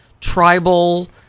tribal